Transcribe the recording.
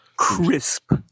crisp